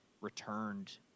returned